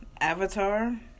Avatar